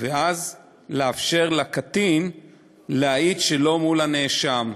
ואז לאפשר לקטין להעיד שלא מול הנאשם.